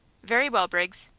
very well, briggs.